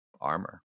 armor